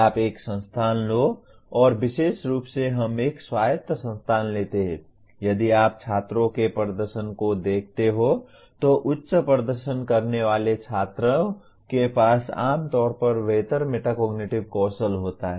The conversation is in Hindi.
आप एक संस्थान लो और विशेष रूप से हम एक स्वायत्त संस्थान लेते हैं यदि आप छात्रों के प्रदर्शन को देखते हैं तो उच्च प्रदर्शन करने वाले छात्रों के पास आम तौर पर बेहतर मेटाकोग्निटिव कौशल होता है